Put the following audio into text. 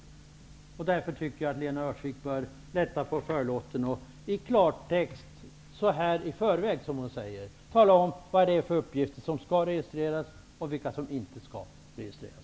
Mot den bakgrunden tycker jag att Lena Öhrsvik bör lätta på förlåten och på klarspråk så här i förväg, som hon säger, tala om vilka uppgifter det är som skall registreras och vilka som inte skall registreras.